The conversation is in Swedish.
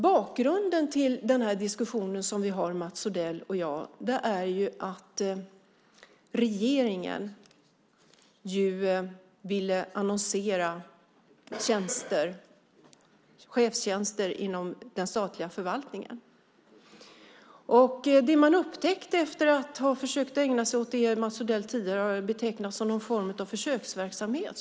Bakgrunden till den diskussion som vi har, Mats Odell och jag, är att regeringen ville annonsera chefstjänster inom den statliga förvaltningen. Man upptäckte något efter att ha försökt ägna sig åt det som Mats Odell tidigare har betecknat som någon form av försöksverksamhet.